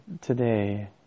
today